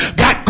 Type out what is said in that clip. got